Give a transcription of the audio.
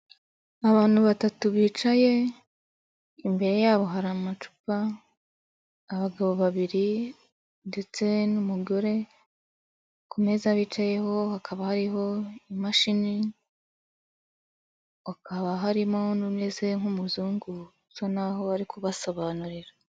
abantu batatu bicaye, imbere yabo hari amacupa, abagabo babiri ndetse n'umugore, ku meza bicayeho hakaba hariho imashini, hakaba harimo n'umeze nk'umuzungu usa n'aho ari kubasobanurira.